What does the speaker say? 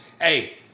hey